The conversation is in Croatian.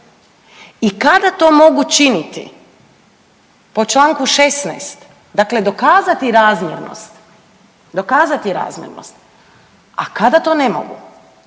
i kada to mogu činiti po čl. 16. dakle dokazati razmjernost, dokazati razmjernost, a kada to ne mogu.